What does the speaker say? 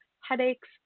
headaches